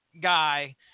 guy